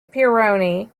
pironi